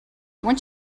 once